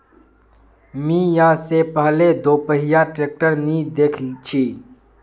मी या से पहले दोपहिया ट्रैक्टर नी देखे छी